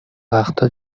وقتها